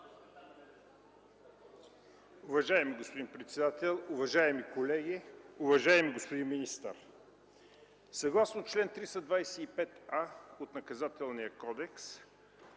Уважаеми господин председател, уважаеми колеги, уважаеми господин министър! Съгласно чл. 325а от Наказателния кодекс,